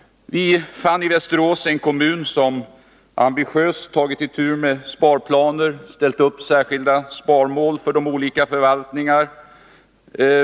Vi fann i Västerås en kommun som ambitiöst tagit itu med sparplaner och ställt upp särskilda sparmål för de olika förvaltningarna.